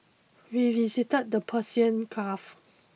we visited the Persian Gulf